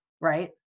Right